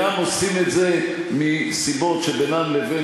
ואינם עושים את זה מסיבות שבינן לבין